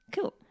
cool